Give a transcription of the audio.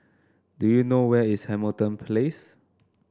do you know where is Hamilton Place